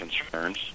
concerns